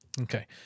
Okay